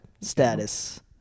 Status